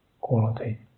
quality